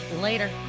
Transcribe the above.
Later